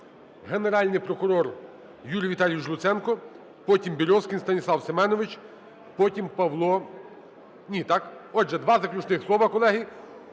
Генеральний прокурор Юрій Віталійович Луценко, потім Березкін Станіслав Семенович, потім Павло…Ні, так. Отже, два заключних слова, колеги.